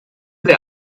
der